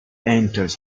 enters